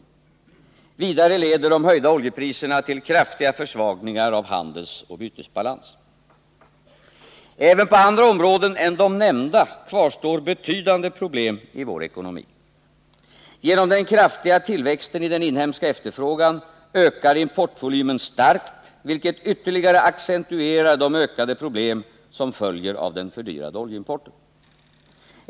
Vidare leder de höjda oljepriserna till kraftiga försvagningar av handelsoch bytesbalans. Även på andra områden än de nämnda kvarstår betydande problem i vår ekonomi. Genom den kraftiga tillväxten i den inhemska efterfrågan ökar importvolymen starkt vilket ytterligare accentuerar de ökade problem som följer av den fördyrade oljeimporten.